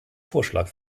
vorschlag